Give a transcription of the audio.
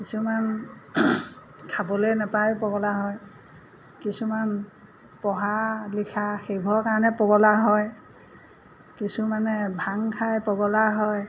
কিছুমান খাবলৈ নাপায় পগলা হয় কিছুমান পঢ়া লিখা সেইবোৰৰ কাৰণে পগলা হয় কিছুমানে ভাং খাই পগলা হয়